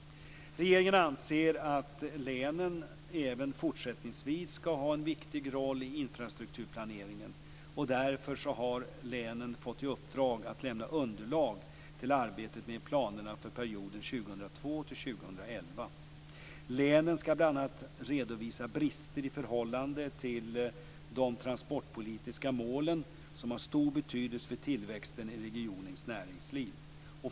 Regeringen anser att länen även fortsättningsvis skall ha en viktig roll i infrastrukturplaneringen. Därför har länen fått i uppdrag att lämna underlag till arbetet med planerna för perioden 2002-2011. Länen skall bl.a. redovisa brister i förhållande till de transportpolitiska målen som har stor betydelse för tillväxten i regionens näringsliv.